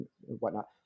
whatnot